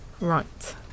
Right